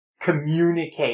communicate